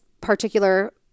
particular